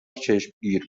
چشمگیر